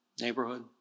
neighborhood